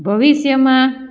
ભવિષ્યમાં